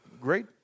Great